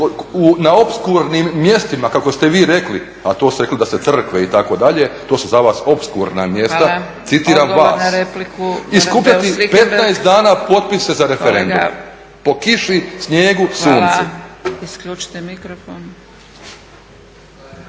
na opskurnim mjestima kako ste vi rekli, a to ste rekli da su crkve itd., to su za vas opskurna mjesta, citiram vas, i skupljati 15 dana potpise za referendum po kiši, snijegu, suncu.